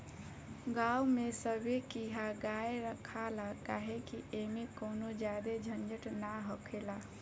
गांव में सभे किहा गाय रखाला काहे कि ऐमें कवनो ज्यादे झंझट ना हखेला